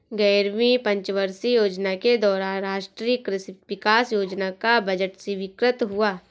ग्यारहवीं पंचवर्षीय योजना के दौरान राष्ट्रीय कृषि विकास योजना का बजट स्वीकृत हुआ